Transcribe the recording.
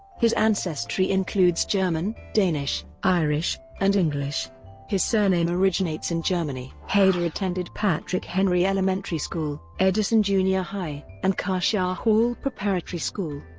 his ancestry includes german, danish, irish, and english his surname originates in germany. hader attended patrick henry elementary school, edison junior high, and cascia hall preparatory school.